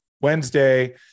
Wednesday